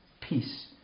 peace